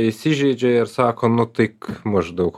įsižeidžia ir sako nu tai maždaug